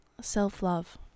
self-love